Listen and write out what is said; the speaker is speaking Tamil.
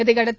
இதையடுத்து